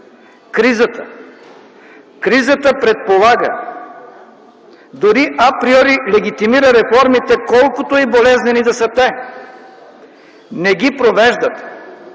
Кризата предполага, дори априори летитимира реформите, колкото и болезнени да са те. Не ги провеждате,